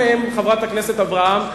חברת הכנסת אברהם,